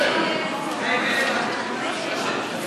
ההצעה להסיר מסדר-היום את הצעת חוק שירות